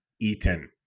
Eaton